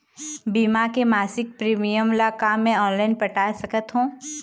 बीमा के मासिक प्रीमियम ला का मैं ऑनलाइन पटाए सकत हो?